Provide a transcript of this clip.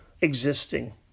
existing